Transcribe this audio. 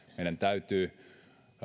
meidän täytyy